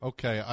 Okay